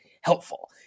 helpful